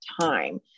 time